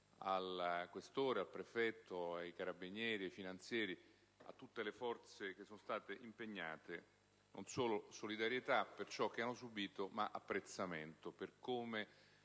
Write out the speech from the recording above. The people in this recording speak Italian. al questore, al prefetto, ai carabinieri e ai finanzieri, a tutte le forze dell'ordine che sono state impegnate, non solo solidarietà per ciò che hanno subito, ma anche apprezzamento per come